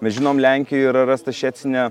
mes žinom lenkijoje yra rastas šecine